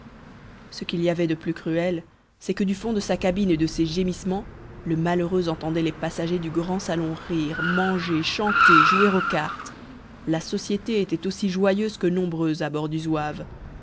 ce qu'il y avait de plus cruel c'est que du fond de sa cabine et de ses gémissements le malheureux entendait les passagers du grand salon rire manger chanter jouer aux cartes la société était aussi joyeuse que nombreuse à bord du zouave